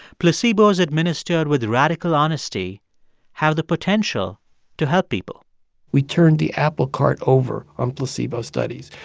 placebos administered with radical honesty have the potential to help people we turned the apple cart over on placebo studies.